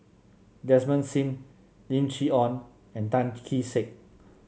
Desmond Sim Lim Chee Onn and Tan Kee Sek